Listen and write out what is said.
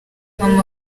mama